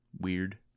weird